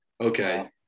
okay